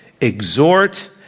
exhort